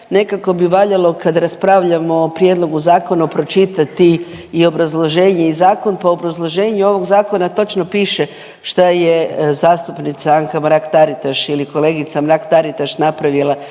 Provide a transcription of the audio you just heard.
Nekako bi valjalo kad raspravljamo o prijedlogu zakona pročitati i obrazloženje i zakon pa u obrazloženju ovog zakona točno piše šta je zastupnica Anka Mrak Taritaš ili kolegica Mrak Taritaš napravila